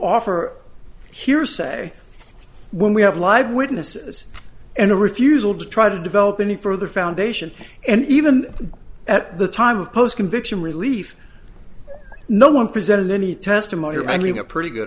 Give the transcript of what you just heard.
offer hearsay when we have live witnesses and a refusal to try to develop any further foundation and even at the time of post conviction relief no one presented any testimony or money a pretty good